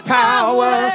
power